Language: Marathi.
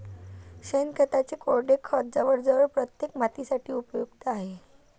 शेणखताचे कोरडे खत जवळजवळ प्रत्येक मातीसाठी उपयुक्त आहे